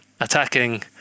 attacking